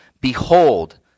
behold